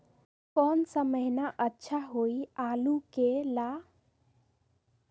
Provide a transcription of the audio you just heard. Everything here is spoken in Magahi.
कौन सा महीना अच्छा होइ आलू के ला?